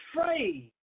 afraid